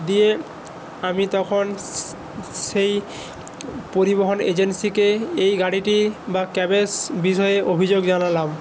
দিয়ে আমি তখন সেই পরিবহণ এজেন্সিকে এই গাড়িটি বা ক্যাবেশ্ বিষয়ে অভিযোগ জানালাম